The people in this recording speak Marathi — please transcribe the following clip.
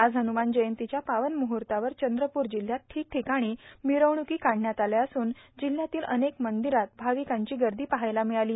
आज हन्रुमान जयंतीच्या पावन मुद्रूतावर चंद्रपूर जिल्ह्यात ठिकठिकाणी मिरवणुकी काढण्यात आल्या असून जिल्ह्यातील अनेक मंदिरात भाविकांची गर्दी पाहायला मिळाली